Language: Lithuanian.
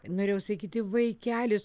norėjau sakyti vaikelis